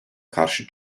karşı